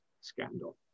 scandal